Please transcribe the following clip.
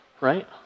right